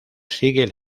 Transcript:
sigue